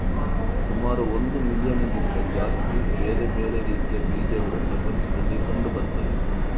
ಸುಮಾರು ಒಂದು ಮಿಲಿಯನ್ನಿಗಿಂತ ಜಾಸ್ತಿ ಬೇರೆ ಬೇರೆ ರೀತಿಯ ಬೀಜಗಳು ಪ್ರಪಂಚದಲ್ಲಿ ಕಂಡು ಬರ್ತವೆ